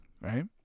right